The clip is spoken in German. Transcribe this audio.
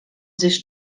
sich